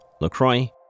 LaCroix